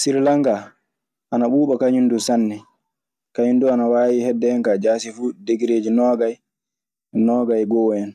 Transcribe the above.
Sirlanka ana ɓuba kaŋum dun sanne, kaŋum dun ana wawi hedehen ka jasi fu degereji nagayi nogayi e go'o hen.